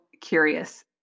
curious